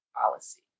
policy